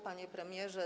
Panie Premierze!